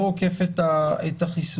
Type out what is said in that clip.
לא עוקף את החיסונים,